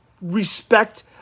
respect